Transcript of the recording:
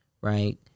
Right